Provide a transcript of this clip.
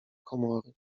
komory